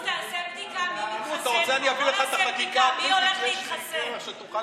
פינדרוס, תעשה בדיקה מי מתחסן פה.